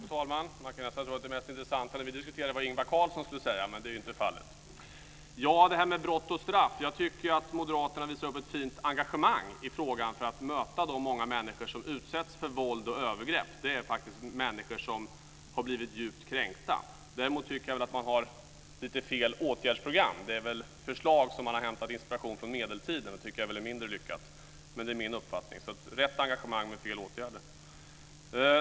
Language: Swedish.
Fru talman! Man kan nästa tro att det mest intressanta vi nyss diskuterade var vad Ingvar Carlsson skulle säga, men det är inte fallet. Till detta med brott och straff. Jag tycker att Moderaterna visar upp ett fint engagemang i frågan för att möta de många människor som utsätts för våld och övergrepp. Det är människor som har blivit djupt kränkta. Däremot tycker jag att det har lite fel åtgärdsprogram. Det förslag som man har hämtat inspiration till från medeltiden tycker jag är mindre lyckat. Men det är min uppfattning. Det är rätt engagemang, men fel åtgärder.